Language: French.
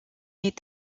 est